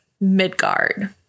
Midgard